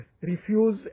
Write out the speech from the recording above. refuse